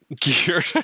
geared